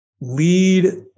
lead